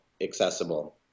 accessible